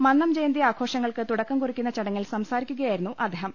മന്നം ജയന്തി ആഘോഷങ്ങൾക്ക് തുടക്കം കുറിയ്ക്കുന്ന ചടങ്ങിൽ സംസാരിക്കുകയായിരുന്നു അദ്ദേ ഹം